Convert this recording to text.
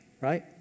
right